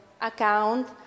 account